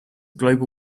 global